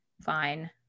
fine